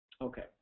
Okay